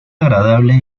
agradable